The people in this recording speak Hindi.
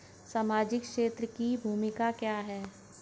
सामाजिक क्षेत्र की भूमिका क्या है?